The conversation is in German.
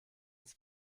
ins